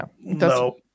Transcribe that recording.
No